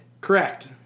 Correct